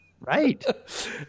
right